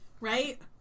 right